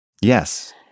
Yes